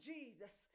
Jesus